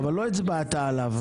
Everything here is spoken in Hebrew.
אבל לא הצבעת עליו.